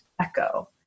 echo